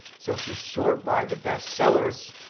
so if you sort by the bestsellers,